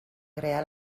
crear